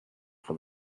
for